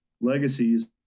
legacies